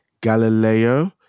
Galileo